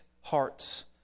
hearts